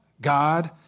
God